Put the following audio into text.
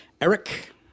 eric